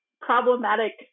problematic